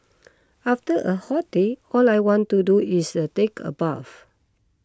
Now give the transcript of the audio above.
after a hot day all I want to do is a take a bath